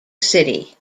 city